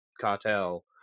Cartel